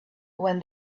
when